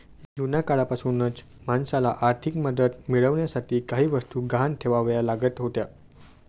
जुन्या काळापासूनच माणसाला आर्थिक मदत मिळवण्यासाठी काही वस्तू गहाण ठेवाव्या लागत होत्या